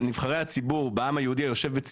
ובחיים שלי לא דמיינתי שתקום בישראל ממשה ציונית,